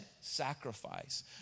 sacrifice